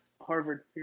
harvard